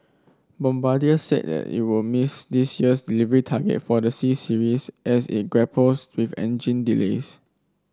bombardier said that it will miss this year's delivery target for the C Series as it grapples with engine delays